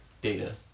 data